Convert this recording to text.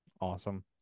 awesome